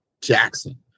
Jackson